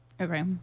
okay